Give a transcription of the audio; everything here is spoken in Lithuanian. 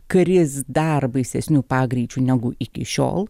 kris dar baisesniu pagreičiu negu iki šiol